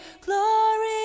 glory